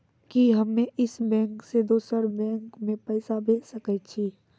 कि हम्मे इस बैंक सें दोसर बैंक मे पैसा भेज सकै छी?